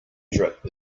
drip